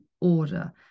order